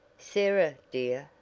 sarah, dear,